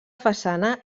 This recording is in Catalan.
façana